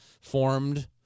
formed